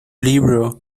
libro